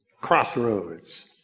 crossroads